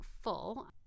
full